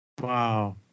Wow